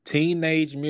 Teenage